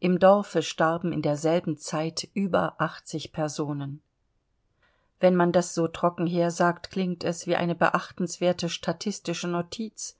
im dorfe starben in derselben zeit über achtzig personen wenn man das so trocken hersagt klingt es wie eine beachtenswerte statistische notiz